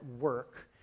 work